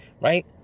right